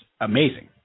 amazing